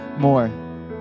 More